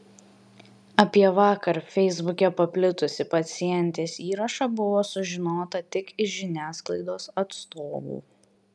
apie vakar feisbuke paplitusį pacientės įrašą buvo sužinota tik iš žiniasklaidos atstovų